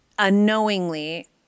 unknowingly